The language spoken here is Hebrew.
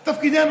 זה תפקידנו,